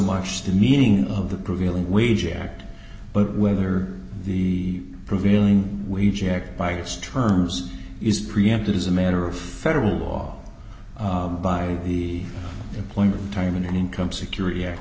much the meaning of the prevailing wage act but whether the prevailing wage act biased terms is preempted as a matter of federal law by the employment time and income security act